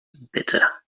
bitter